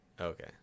Okay